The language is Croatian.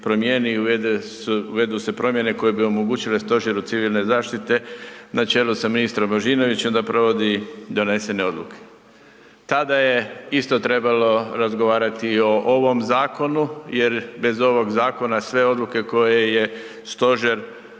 promijeni i uvedu se promjene koje bi omogućile Stožeru civilne zaštite na čelu s ministrom Božinovićem da provodi donesene odluke. Tada je isto trebalo razgovarati o ovom zakonu jer bez ovog zakona sve odluke koje je Stožer